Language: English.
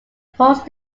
post